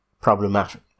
problematic